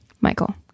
Michael